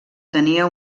tenia